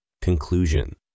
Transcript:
Conclusion